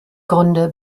gründe